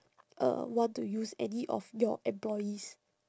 uh want to use any of your employees